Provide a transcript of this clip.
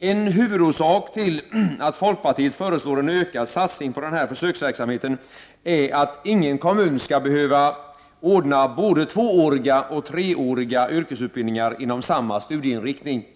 En huvudorsak till att folkpartiet föreslår en ökad satsning på den här försöksverksamheten är att ingen kommun skall behöva ordna både tvååriga och treåriga yrkesutbildningar inom samma studieinriktning.